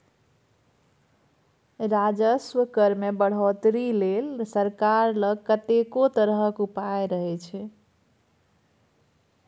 राजस्व कर मे बढ़ौतरी लेल सरकार लग कतेको तरहक उपाय रहय छै